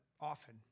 often